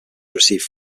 received